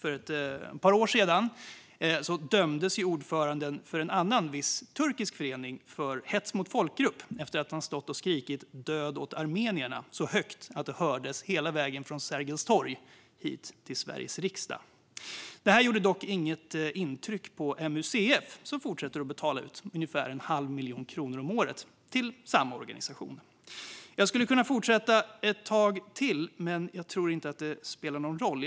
För ett par år sedan dömdes ordföranden för en viss turkisk förening för hets mot folkgrupp efter att han stått och skrikit "Död åt armenierna" så högt att det hördes hela vägen från Sergels torg till Sveriges riksdag. Detta gjorde dock inget intryck på MUCF, som fortsätter betala ut ungefär en halv miljon kronor om året till denna organisation. Jag skulle kunna fortsätta ett tag till, men jag tror inte att det spelar någon roll.